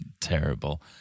terrible